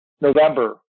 November